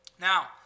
Now